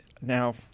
now